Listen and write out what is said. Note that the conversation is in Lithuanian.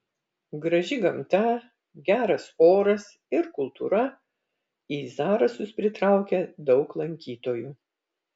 graži gamta geras oras ir kultūra į zarasus pritraukė daug lankytojų